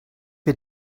wir